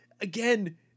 again